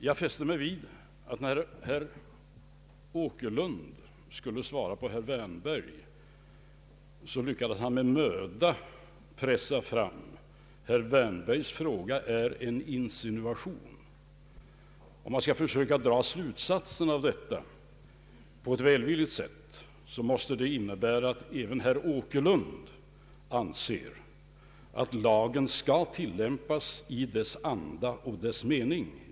Jag fäste mig vid att när herr Åkerlund skulle svara herr Wärnberg, lyckades han med möda pressa fram: Herr Wärnbergs fråga är en insinuation. Om man skall försöka dra slutsatsen av detta på ett välvilligt sätt, måste det innebära att även herr Åkerlund anser att lagen skall tilllämpas i sin anda och mening.